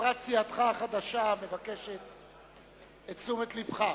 סיעתך החדשה מבקשת את תשומת לבך.